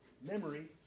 memory